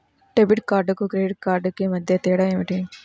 Debit కార్డుకు credit credit కార్డుకు మధ్య తేడా ఏమిటీ?